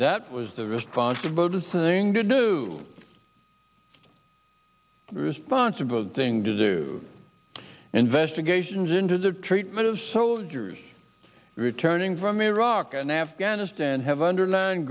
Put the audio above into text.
that was the response to vote a thing to do responsible thing to do investigations into the treatment of soldiers returning from iraq and afghanistan have underline